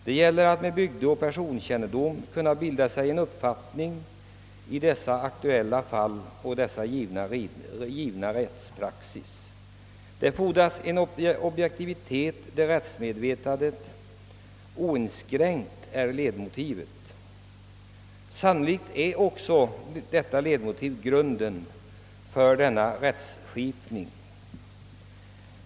Det gäller att med ledning av sin kännedom om bygden och dess invånare kunna bilda sig en uppfattning i dessa aktuella fall och att följa rådande rättspraxis. Det fordras en objektivitet, där rättsmedvetandet oinskränkt är ledmotivet. Sannolikt är detta ledmotiv också grunden för denna rättskipning.